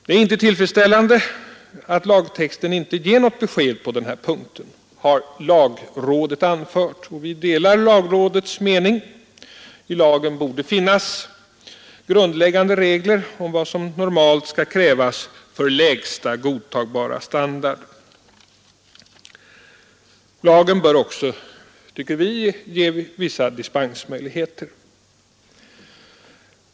Det är inte tillfredsställande att lagtexten inte ger något besked på den här punkten, har lagrådet anfört. Vi delar lagrådets mening. I lagen borde finnas grundläggande regler om vad som normalt skall krävas för lägsta godtagbara standard. Lagen bör också, tycker vi, ge vissa dispensmöjligheter.